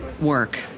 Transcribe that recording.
work